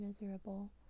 miserable